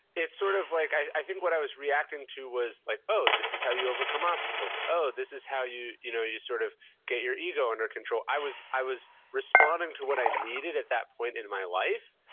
it's sort of like, i i think what i was reacting to was like, oh, this is how you overcome obstacles. oh, this is how you you know get your sort of get your ego under control. i was i was responding to what i needed at that point in my life.